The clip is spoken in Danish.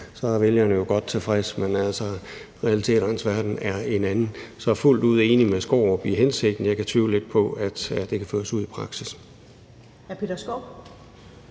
Så er vælgerne jo godt tilfredse, men realiteternes verden er en anden. Så jeg er fuldt ud enig med hr. Peter Skaarup i hensigten; jeg kan tvivle lidt på, at det kan føres ud i praksis.